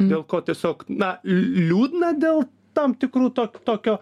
dėl ko tiesiog na liūdna dėl tam tikrų to tokio